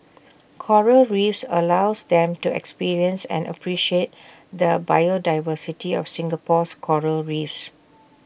Coral reefs allows them to experience and appreciate the biodiversity of Singapore's Coral reefs